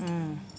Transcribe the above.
mm